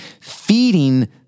feeding